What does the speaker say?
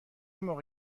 موقع